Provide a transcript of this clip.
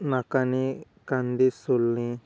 नकाने कांंदे सोलणे